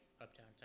uptown